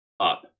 up